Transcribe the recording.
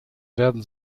werden